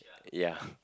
ya